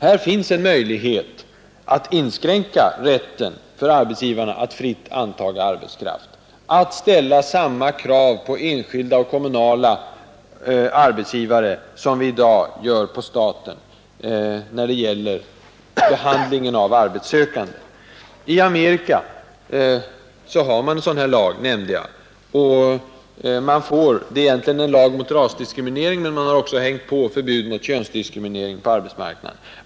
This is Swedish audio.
Här finns en möjlighet att inskränka rätten för arbetsgivarna att fritt anta arbetskraft och att ställa samma krav på enskilda och kommunala arbetsgivare som vi i dag gör på staten när det gäller behandlingen av arbetssökande. I Amerika har man, som jag nämnde, en sådan här lag. Det är egentligen en lag mot rasdiskriminering, men man har också hängt på förbud mot könsdiskriminering på arbetsmarknaden.